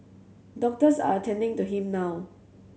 doctors are attending to him now